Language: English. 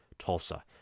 Tulsa